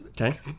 Okay